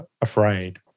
afraid